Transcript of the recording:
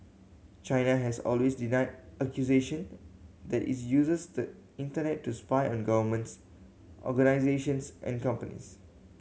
China has always denied accusation that it uses the Internet to spy on governments organisations and companies